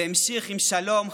והמשיך עם שלום חם,